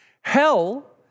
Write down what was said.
Hell